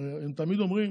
הרי הם תמיד אומרים